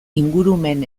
ingurumen